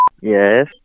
Yes